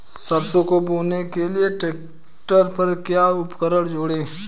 सरसों को बोने के लिये ट्रैक्टर पर क्या उपकरण जोड़ें?